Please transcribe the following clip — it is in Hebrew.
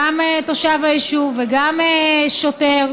גם תושב היישוב וגם שוטר,